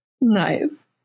Nice